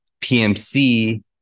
PMC